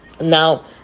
Now